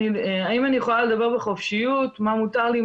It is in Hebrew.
האם אני יכולה לדבר בחופשיות מה מותר לי,